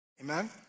Amen